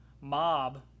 mob